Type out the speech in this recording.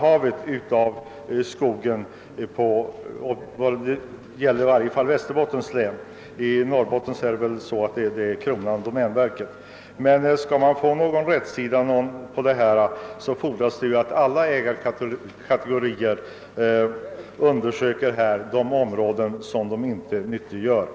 att utredningen måtte framlägga förslag till att vedråvaran antingen användes i till området lokalt bunden industri eller transporterades till kustindustri, varvid borde beaktas det råvarubehov som redan befintlig eller planerad industri inom området hade.